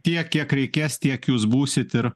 tiek kiek reikės tiek jūs būsit ir